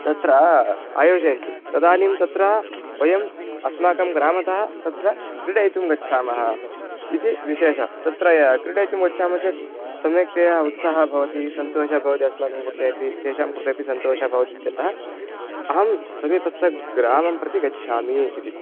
तत्र आयोजयन्ति तदानीं तत्र वयम् अस्माकं ग्रामतः तत्र क्रीडितुं गच्छामः इति विशेषः तत्र क्रीडितुं गच्छामः चेत् सम्यक्तया उत्साहः भवति सन्तोषः भवति अस्माकं कृते अपि तेषां कृते अपि सन्तोषः भवति इत्यतः अहं समीपस्थग्रामं प्रति गच्छामि इति